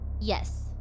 Yes